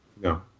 No